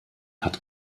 hat